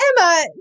Emma